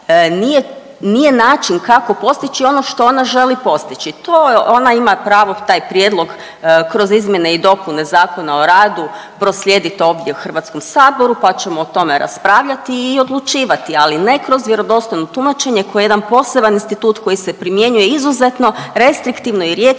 nije način kako postići ono što ona želi postići, to je, ona ima pravo taj prijedlog kroz izmjene i dopune Zakona o radu proslijedit ovdje HS, pa ćemo o tome raspravljati i odlučivati, ali ne kroz vjerodostojno tumačenje koje je jedan poseban institut koji se primjenjuje izuzetno restriktivno i rijetko onda